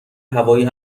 هوایی